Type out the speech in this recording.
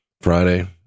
Friday